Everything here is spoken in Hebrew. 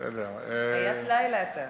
חיית לילה אתה.